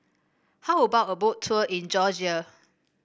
how about a Boat Tour in Georgia